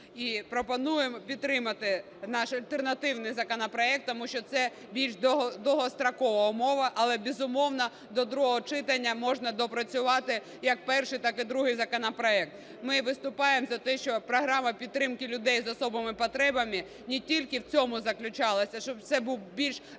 І пропонуємо підтримати наш альтернативний законопроект, тому що це більш довгострокова умова, але, безумовно, до другого читання можна доопрацювати як перший, так і другий законопроект. Ми виступаємо за те, щоб програма підтримки людей з особливими потребами не тільки в цьому заключалась, щоб це був більш розширений